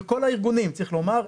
כן, של כל הארגונים, צריך לומר.